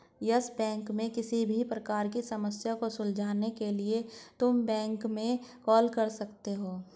yes Bank में किसी भी प्रकार की समस्या को सुलझाने के लिए तुम बैंक में कॉल कर सकते हो